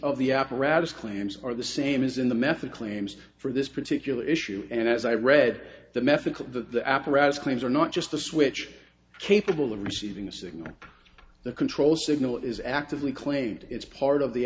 of the apparatus claims are the same as in the method claims for this particular issue and as i read the methods that the apparatus claims are not just the switch capable of receiving a signal the control signal is actively claimed it's part of the